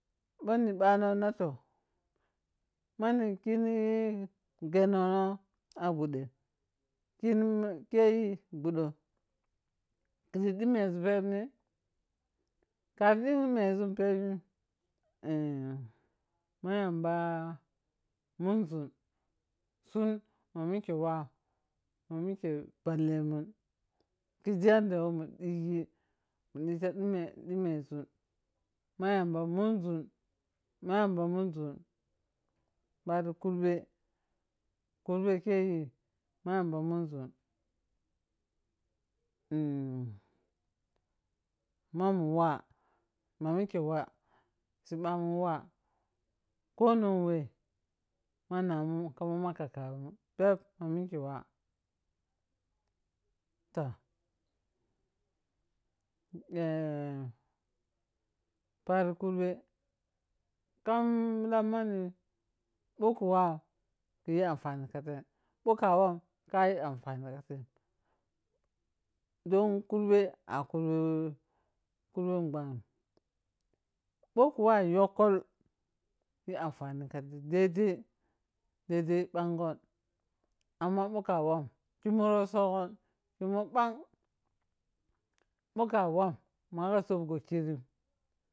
Bhoni ɓhanou na toh, mani kini gheneno a ɓuɗem kiri keyi ɓuɗou niri ɗimesun peb ne? Kari dimezum peb bin- ma yamba mun zun sun ma mike wah ma meke balla mun khizi yanda wo mun digi mu dita dimezun ma yamba muzan ma yamba munzen, ma yam ba munzam pari kurbe, kurbe keyi ma yamba munzune mamu wah manamunwah sibamun wah konong weh ma namung kama kakamunpeb konong wah. Mamike wah. tah! Eh pari kurbe kani miham manni bho ku wau khe yi anfani ka tero bho ka wam kayil anfani ka tong don kurbe a kurben ɓhahen bho kei wau yok yi anfani ka fei daidai- daidai ɓang ghon. amma bho ka wam kumi rotsoghon kyumo ɓang bho ka wam masha sobghan kiri